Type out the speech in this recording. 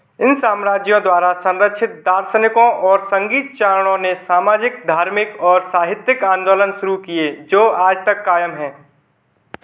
इन साम्राज्यों द्वारा संरक्षित दार्शनिकों और संगीत चारणों ने सामाजिक धार्मिक और साहित्यिक आंदोलन शुरू किए जो आज तक कायम हैं